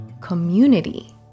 community